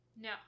No